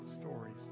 stories